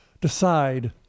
decide